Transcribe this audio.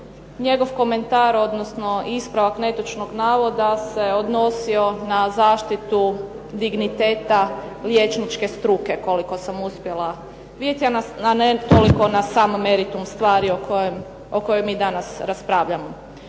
njegov komentar, odnosno ispravak netočnog navoda se odnosio na zaštitu digniteta liječničke struke koliko sam uspjela vidjeti a ne na sam meritum stvari o kojoj mi danas raspravljamo.